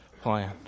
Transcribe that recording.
plan